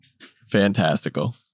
fantastical